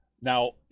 now